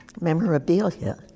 memorabilia